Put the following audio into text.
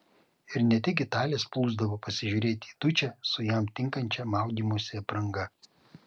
ir ne tik italės plūsdavo pasižiūrėti į dučę su jam tinkančia maudymosi apranga